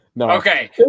Okay